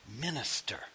minister